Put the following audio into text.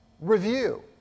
review